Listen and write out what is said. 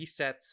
resets